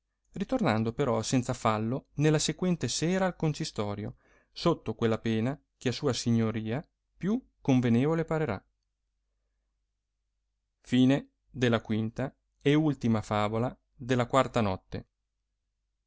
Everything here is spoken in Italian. ritornando però senza fallo nella sequente sera al concistorio sotto quella pena che a sua signoria più convenevole parerà il fine della quarta notte